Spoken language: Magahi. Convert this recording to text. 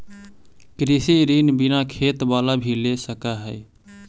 कृषि ऋण बिना खेत बाला भी ले सक है?